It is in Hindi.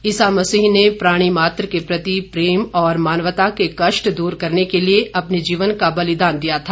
ईसा मसीह ने प्राणी मात्र के प्रति प्रेम और मानवता के कष्ट दूर करने के लिए अपने जीवन का बलिदान दिया था